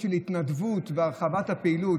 פעילות של התנדבות, הרחבת הפעילות?